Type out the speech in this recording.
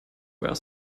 were